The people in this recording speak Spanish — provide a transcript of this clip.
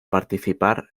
participar